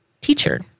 teacher